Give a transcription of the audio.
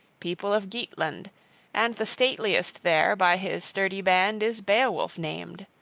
people of geatland and the stateliest there by his sturdy band is beowulf named.